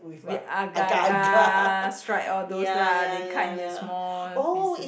with agar agar stripe all those lah they cut into small pieces